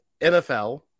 NFL